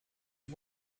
you